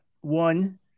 one